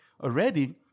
Already